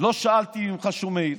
לא שאלתי ממך שום מעיל,